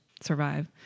survive